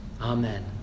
Amen